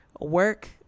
work